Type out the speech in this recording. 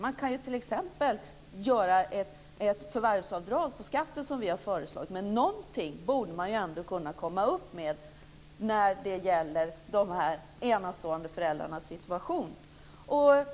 Man kan t.ex. göra ett förvärvsavdrag på skatten, som vi har föreslagit. Men någonting borde man ändå kunna komma fram med när det gäller de här enastående föräldrarnas situation.